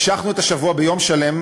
המשכנו את השבוע ביום שלם,